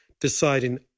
deciding